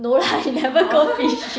no lah he never go fishing